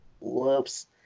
whoops